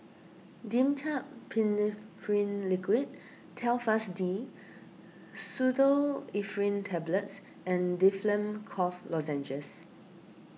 Dimetapp Phenylephrine Liquid Telfast D Pseudoephrine Tablets and Difflam Cough Lozenges